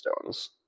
stones